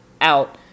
out